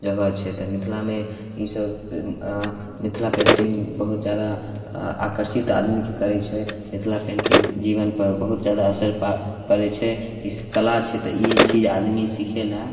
जगह छै तऽ मिथिलामे ई सभ मिथिला पेन्टिंग बहुत जादा आकर्षित आदमीके करय छै मिथिला पेन्टिंग जीवनपर बहुत जादा असर प पड़य छै ई कला छै तऽ ई चीज आदमी सिखय लए